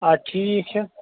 آ ٹھیٖک چھُ